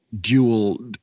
dual